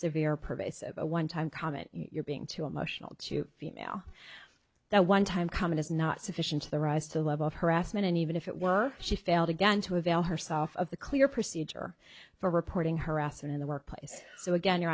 severe pervasive a one time comment you're being too emotional to female that one time comment is not sufficient to the rise to the level of harassment and even if it were she failed again to avail herself of the clear procedure for reporting harassment in the workplace so again you're